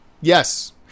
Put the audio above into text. Yes